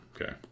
Okay